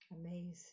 Amazing